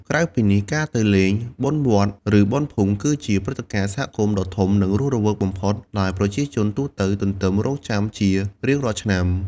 ក្រៅពីនេះ ការទៅលេង បុណ្យវត្ត ឬ បុណ្យភូមិ គឺជាព្រឹត្តិការណ៍សហគមន៍ដ៏ធំ និងរស់រវើកបំផុត ដែលប្រជាជនទូទៅទន្ទឹងរង់ចាំជារៀងរាល់ឆ្នាំ។